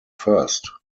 first